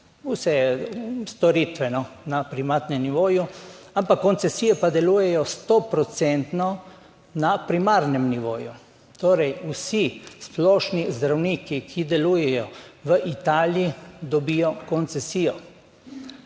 vse storitve na privatnem nivoju. Ampak koncesije pa delujejo sto procentno na primarnem nivoju. Torej, vsi splošni zdravniki, ki delujejo v Italiji, dobijo koncesijo.